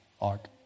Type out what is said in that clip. ark